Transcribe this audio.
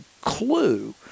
clue